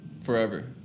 Forever